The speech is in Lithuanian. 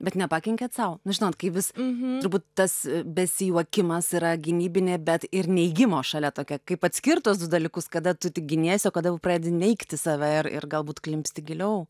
bet nepakenkiant sau nu žinot kai vis turbūt tas besijuokimas yra gynybinė bet ir neigimo šalia tokia kaip atskirt tuos du dalykus kada tu tik giniesi o kada jau pradedi neigti save ir ir galbūt klimpsti giliau